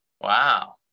Wow